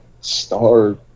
Star